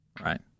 Right